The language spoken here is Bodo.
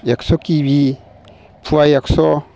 एकस' केजि फवा एकस'